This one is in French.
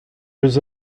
jeux